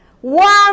one